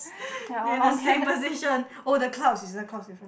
they are in the same position oh the clouds is the clouds different